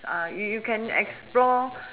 uh you can explore